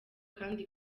kandi